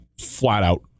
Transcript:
flat-out